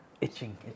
Itching